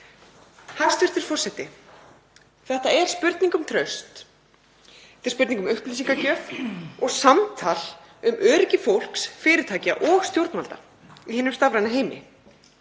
Hæstv. forseti. Þetta er spurning um traust og þetta er spurning um upplýsingagjöf og samtal um öryggi fólks, fyrirtækja og stjórnvalda í hinum stafræna heimi.